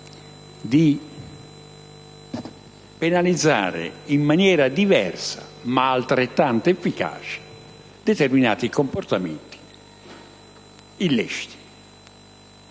di penalizzazione diversa, ma altrettanto efficace, di determinati comportamenti illeciti.